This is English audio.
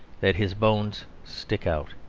that his bones stick out.